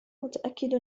متأكد